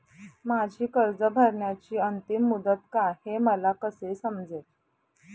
माझी कर्ज भरण्याची अंतिम मुदत काय, हे मला कसे समजेल?